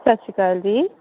ਸਤਿ ਸ਼੍ਰੀ ਅਕਾਲ ਜੀ